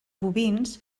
bovins